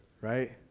right